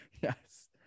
yes